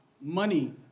money